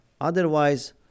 Otherwise